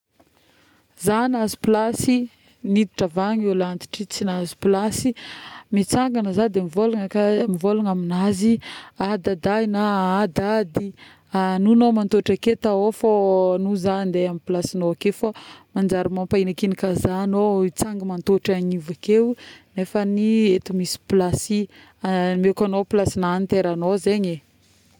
za nahazo pilasy niditra avy agny olo antitry io tsy nahazo pilasy, mitsangagna za de mivolagna aminazy a dadah na a dady agno agnao mitotra aketo ao fô agno za andeha amin'ny pilasignao ake fô, manjary mampaignakignaka za agnao mitsanga mantaotro agnivo akeo nefany eto misy pilasy˂hesitation˃, omeko agnao ny pilasy-na itoeragnao zagny ee